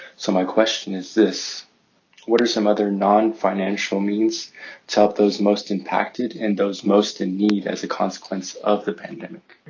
so my question is this what are some other nonfinancial means to help those most impacted and those most in need as a consequence of the pandemic?